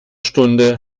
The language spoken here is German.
stunde